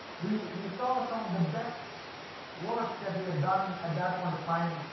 we we saw some of the best work that we had done at that point of time,